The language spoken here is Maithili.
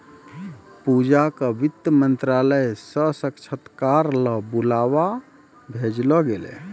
पूजा क वित्त मंत्रालय स साक्षात्कार ल बुलावा भेजलो गेलै